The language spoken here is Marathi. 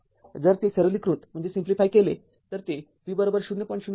जर ते सरलीकृत केले तर ते v ०